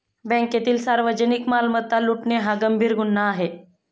बँकेतील सार्वजनिक मालमत्ता लुटणे हा गंभीर गुन्हा आहे